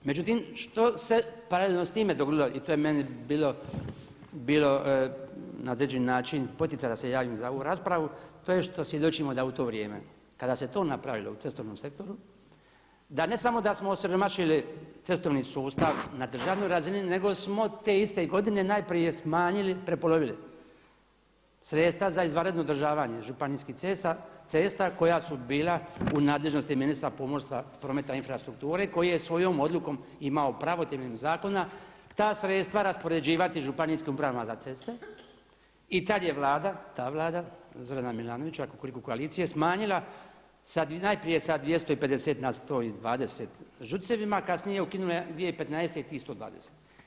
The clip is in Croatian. Međutim, što se paralelno s time dogodilo i to je meni bilo na određeni način poticaj da se javim za ovu raspravu, to je što svjedočimo da u to vrijeme kada se to napravilo u cestovnom sektoru da ne samo da smo osiromašili cestovni sustav na državnoj razini nego smo te iste godine najprije smanjili, prepolovili sredstva za izvanredno održavanje županijskih cesta koja su bila u nadležnosti ministra pomorstva, prometa i infrastrukture koji je svojom odlukom imao pravo temeljem zakona ta sredstva raspoređivati ŽUC-u i tada je vlada, ta vlada Zorana Milanovića Kukuriku koalicije smanjila najprije sa 250 na 120 ŽUC-evima i kasnije ukinula 2015. tih 120.